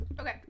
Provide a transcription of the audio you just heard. Okay